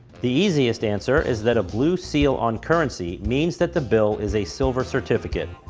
the easiest answer is that a blue seal on currency means that the bill is a silver certificate.